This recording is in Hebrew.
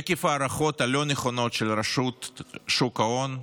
עקב ההערכות הלא-נכונות של רשות שוק ההון,